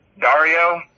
Dario